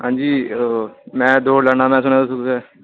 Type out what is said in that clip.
आं जी में दौड़ लाना होना